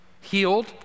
healed